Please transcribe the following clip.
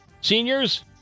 Seniors